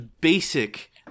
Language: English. basic